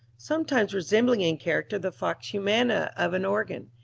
sometimes resembling in character the vox humana of an organ,